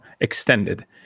extended